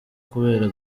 kubera